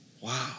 Wow